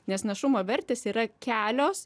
nes našumo vertės yra kelios